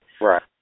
Right